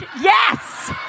Yes